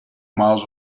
miles